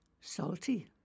Salty